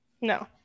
No